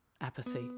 apathy